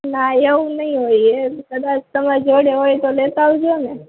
ના એવું નહીં હોય એમ કદાચ તમારી જોડે હોય તો લેતા આવજો ને